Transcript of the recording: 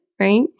right